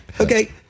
okay